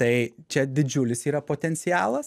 tai čia didžiulis yra potencialas